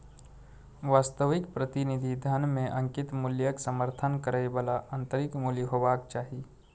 वास्तविक प्रतिनिधि धन मे अंकित मूल्यक समर्थन करै बला आंतरिक मूल्य हेबाक चाही